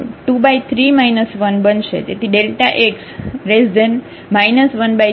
તેથી તે x23 1 બનશે તેથી x 13 A